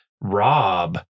Rob